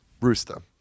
Rooster